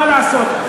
מה לעשות,